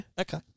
Okay